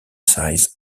size